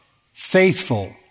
faithful